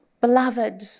beloved